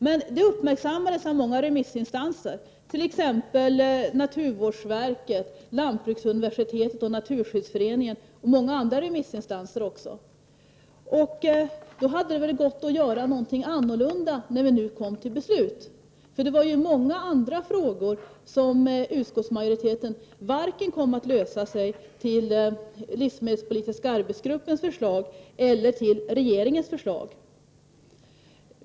Men dessa uppmärksammades av många remissinstanser, t.ex. naturvårdsverket, lantbruksuniversitetet och Naturskyddsföreningen. Det borde ha gått att göra någonting annorlunda när vi nu kom fram till beslut. I många andra frågor följde ju utskottsmajoriteten varken den livsmedelspolitiska arbetsgruppens eller regeringens förslag.